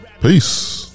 Peace